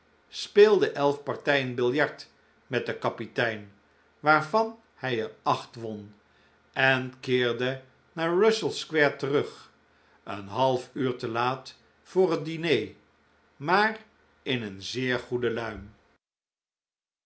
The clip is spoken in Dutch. speelde elf partijen biljart met den kapitein waarvan hij er acht won en keerde naar russell square terug een half uur te laat voor het diner